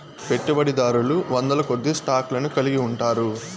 పెట్టుబడిదారులు వందలకొద్దీ స్టాక్ లను కలిగి ఉంటారు